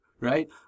Right